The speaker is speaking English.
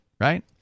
right